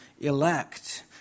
elect